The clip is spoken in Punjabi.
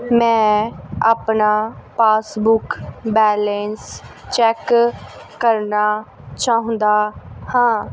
ਮੈਂ ਆਪਣਾ ਪਾਸਬੁੱਕ ਬੈਲੇਂਸ ਚੈੱਕ ਕਰਨਾ ਚਾਹੁੰਦਾ ਹਾਂ